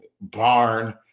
barn